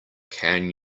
can